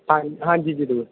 ਹਾਂਜੀ ਹਾਂਜੀ ਜ਼ਰੂਰ